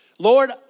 Lord